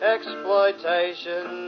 Exploitation